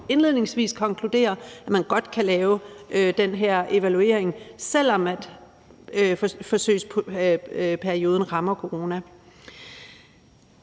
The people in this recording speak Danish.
indledningsvis konkluderes, at man godt kan lave den her evaluering, selv om forsøgsperioden rammer corona.